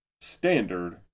standard